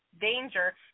danger